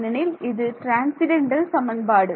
ஏனெனில் இது டிரன்சீன்டண்டல் சமன்பாடு